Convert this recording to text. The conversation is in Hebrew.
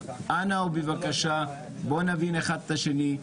אנא ובבקשה בואו נבין אחד את השני.